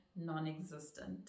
non-existent